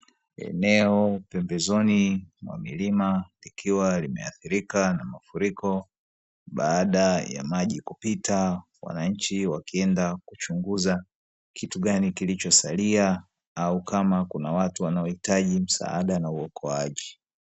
Eneo pembezoni mwa milima likiwa limeathirika na mafuriko, baada ya maji kupita wananchi wakienda kuchunguza, kitu gani kilichosalia au kama kuna watu wanaohitaji msaada na uokoaji.